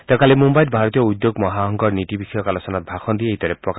তেওঁ কালি মুন্নাইত ভাৰতীয় উদ্যোগ মহাসংঘৰ নীতি বিষয়ক আলোচনাত ভাষণ দি এইদৰে কয়